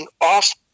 off